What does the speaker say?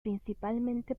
principalmente